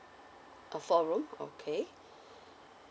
a four room okay